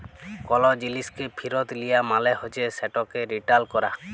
call জিলিসকে ফিরত লিয়া মালে হছে সেটকে রিটার্ল ক্যরা